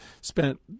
spent